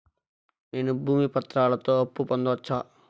నేను భూమి పత్రాలతో అప్పు పొందొచ్చా?